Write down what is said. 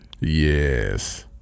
yes